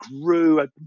grew